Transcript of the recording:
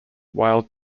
while